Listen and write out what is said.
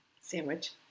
Sandwich